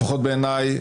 לפחות בעיניי,